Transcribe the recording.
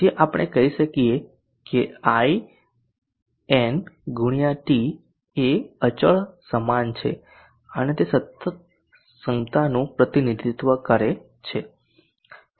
તેથી આપણે કહી શકીએ કે in x t એ અચળ સમાન છે અને તે સતત ક્ષમતાનું પ્રતિનિધિત્વ કરે છે